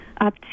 up